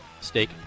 Steak